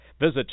Visit